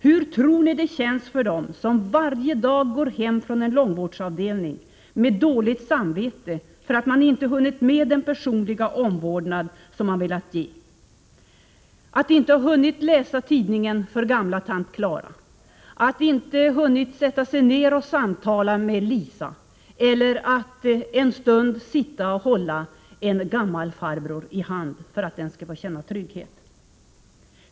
Hur tror ni det känns för dem som varje dag går hem från en långvårdsavdelning med dåligt samvete för att de inte hunnit med den personliga omvårdnad de velat ge, att de inte hunnit läsa tidningen för gamla tant Klara, att de inte hunnit sätta sig ned och samtala med Lisa eller att en stund ha suttit och hållit en gammal farbror i handen för att han skall känna trygghet?